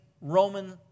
Roman